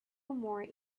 more